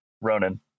Ronan